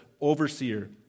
overseer